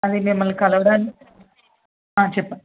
అదే మిమ్మల్ని కలవడానికి చెప్పండి